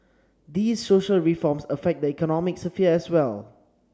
these social reforms affect the economic sphere as well